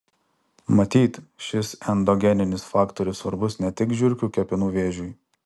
matyt šis endogeninis faktorius svarbus ne tik žiurkių kepenų vėžiui